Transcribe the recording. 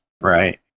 Right